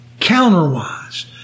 Counterwise